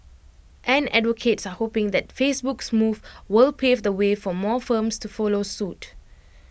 and advocates are hoping that Facebook's move will pave the way for more firms to follow suit